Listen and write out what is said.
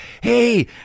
hey